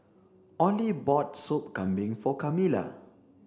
Olie bought Sop Kambing for Camila